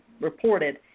reported